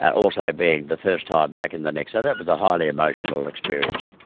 also being the first time back in the nick. so that was a highly emotional experience.